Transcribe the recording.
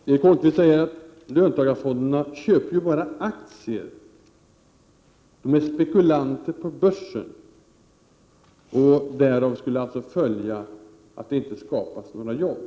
Herr talman! Erik Holmkvist säger att löntagarfonderna bara köper aktier och att de är spekulanter på börsen. Därav skulle följa att det inte skapas några jobb.